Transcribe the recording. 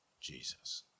Jesus